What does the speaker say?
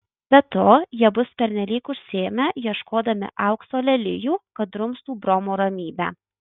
be to jie bus pernelyg užsiėmę ieškodami aukso lelijų kad drumstų bromo ramybę